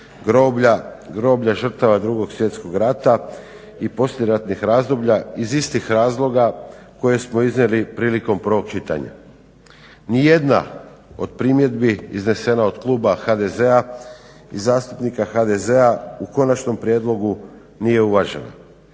groblja žrtava Drugog svjetskog rata i poslijeratnog razdoblja iz istih razloga koje smo iznijeli prilikom prvog čitanja. Nijedna od primjedbi iznesena od kluba HDZ-a i zastupnika HDZ-a u konačnom prijedlogu nije uvažena.